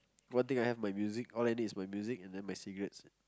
one thing I have my music all I need is my music and then my cigarettes